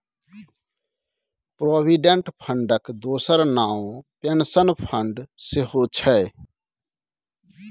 provident फंडक दोसर नाओ पेंशन फंड सेहौ छै